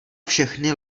všechny